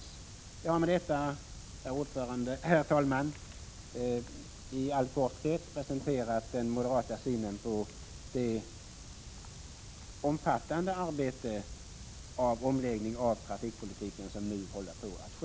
Jag har med detta, herr talman, i all korthet presenterat den moderata synen på det omfattande arbete med omläggningen av trafikpolitiken som nu pågår.